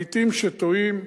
לעתים כשטועים,